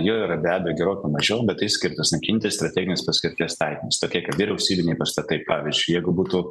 jo yra be abejo gerokai mažiau bet tai skirtas naikinti strateginės paskirties statinius tokie kaip vyriausybiniai pastatai pavyzdžiui jeigu būtų